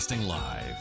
Live